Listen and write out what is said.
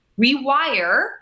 rewire